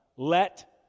Let